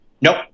Nope